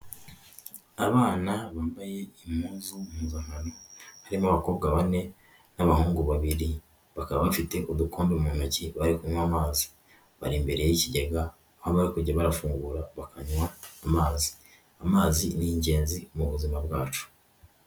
Abana bambaye impuzu mpuzankano, harimo abakobwa bane n'abahungu babiri, bakaba bafite udukombe mu ntoki, bari kunywa amazi, bari imbere y'ikigenga aho bari kujya barafungura bakanwa amazi, amazi ni ingenzi mu buzima bwacu.